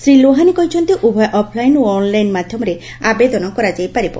ଶ୍ରୀ ଲୋହାନୀ କହିଛନ୍ତି ଉଭୟ ଅଫଲାଇନ୍ ଓ ଅନ୍ଲାଇନ୍ ମାଧ୍ଘମରେ ଆବେଦନ କରାଯାଇ ପାରିବ